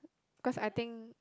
because I think